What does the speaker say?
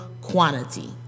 quantity